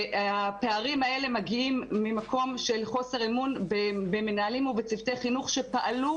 שהפערים האלה מגיעים ממקום של חוסר אמון במנהלים ובדפוסי חינוך שפעלו.